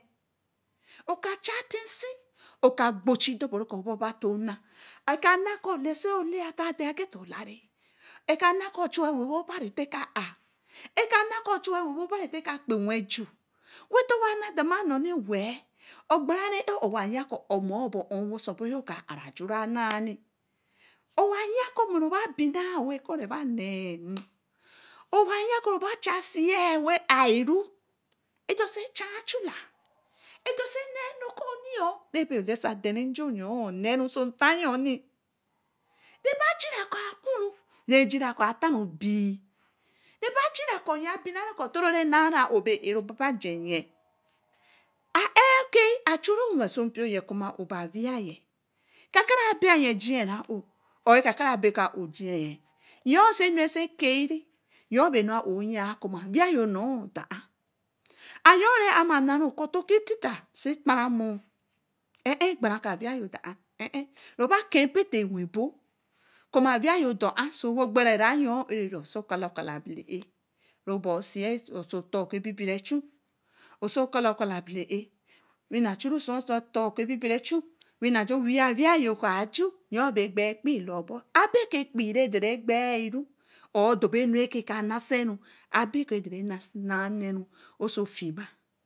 Oka chai fisen na dorbo nu ro baiba tóó na, oka na ko, leso lie tadai ageta olara oka na kóó chu wa wen bóó obari teka ar ena kóó chuwa wen obari te kpew du- wey towa na dama nukeni wai kpara á ó mor bar, owa yankoo ro ba bina wer kóó re baa ne ru owa koo oba chai se wey areru, odorse chai-chula odorse na anokóó reba elase den yon neru oso tayoni reba jira koo akun ru, re jira ko atan ri bii. re ba jira abina re ru koo toro re na ra ó bee á churu wenso mpio ye kóó ma ó bai awaiye ka ka ra báá koo ayen jien ra ó kaka ba kóó á ó jien ye yon se nu re kaii re yon bai nu ra ó yen kóó owia yoi nor, ayon re ama na ru koo tita si kparan moor gbere koo awai yo dó an en en, ayon re ama na ru ko to ki tita si kpara moor gbere koo awai yo dáén wey gbere yon osi okale-okala abele á ru bôô si é oso tor oki abira ra yo gber kpii lo bi abe kó ekpu re dore gbero or doboo nu re kaa nase ru abe nu re ka nase ru oso fima